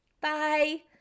Bye